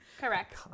correct